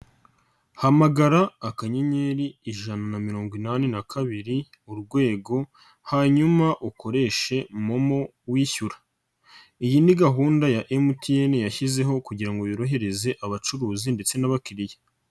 Hamagara akanyenyeri, ijana na mirongo inani na kabiri, urwego, hanyuma ukoreshe MoMo wishyura, iyi ni gahunda ya MTN yashyizweho kugira ngo yorohereze abacuruzi ndetse n'abakiriya.